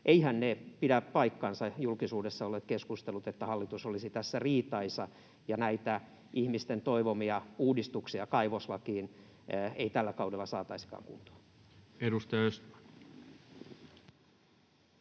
ja eiväthän ne julkisuudessa olleet keskustelut pidä paikkaansa, että hallitus olisi tässä riitaisa ja näitä ihmisten toivomia uudistuksia kaivoslakiin ei tällä kaudella saataisikaan kuntoon? Edustaja Östman.